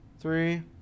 three